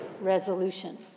resolution